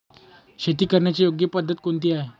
शेती करण्याची योग्य पद्धत कोणती आहे?